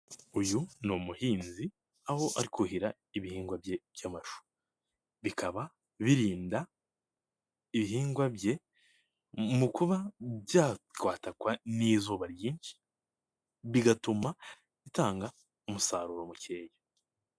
Uyu ni umuhinzi aho ari kuhira ibihingwa bye by'amacu, bikaba birinda ibihingwa bye mu kuba byakwatakwa n'izuba ryinshi bigatuma bitanga umusaruro mukeya.